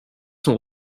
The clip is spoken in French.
sont